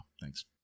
Thanks